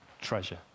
treasure